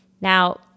Now